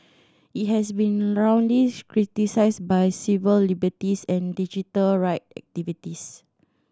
it has been roundly criticised by civil liberties and digital right activists